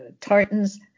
tartans